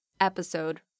episode